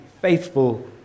faithful